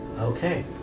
okay